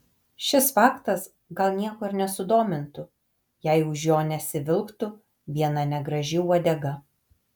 šis faktas gal nieko ir nesudomintų jei už jo nesivilktų viena negraži uodega